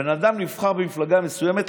בן אדם שנבחר במפלגה מסוימת,